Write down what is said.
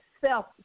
self